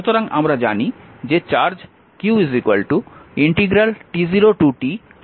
সুতরাং আমরা জানি যে চার্জ q